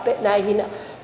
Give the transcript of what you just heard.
näihin